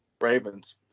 Ravens